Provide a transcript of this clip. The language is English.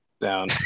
Down